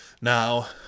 Now